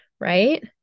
right